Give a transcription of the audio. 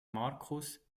markus